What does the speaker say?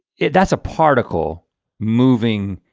it that's a particle moving